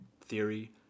theory